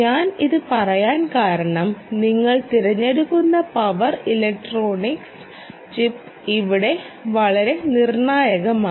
ഞാൻ ഇത് പറയാൻ കാരണം നിങ്ങൾ തിരഞ്ഞെടുക്കുന്ന പവർ ഇലക്ട്രോണിക് ചിപ്പ് ഇവിടെ വളരെ നിർണ്ണായകമാണ്